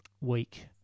week